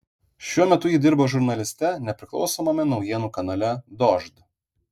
šiuo metu ji dirba žurnaliste nepriklausomame naujienų kanale dožd